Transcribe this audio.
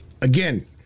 Again